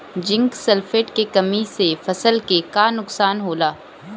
Zinc sulphate के कमी से फसल के का नुकसान होला?